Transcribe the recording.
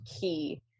key